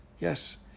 Yes